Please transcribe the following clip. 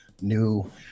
new